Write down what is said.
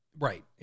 Right